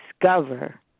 discover